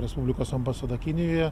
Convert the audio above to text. respublikos ambasada kinijoje